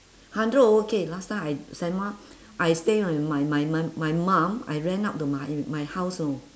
hundred over K last time I send what I stay my my my my my mum I rent out the my my house know